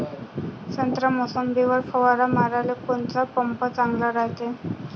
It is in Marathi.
संत्रा, मोसंबीवर फवारा माराले कोनचा पंप चांगला रायते?